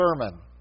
sermon